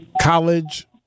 college